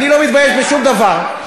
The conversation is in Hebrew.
אני לא מתבייש בשום דבר.